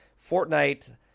Fortnite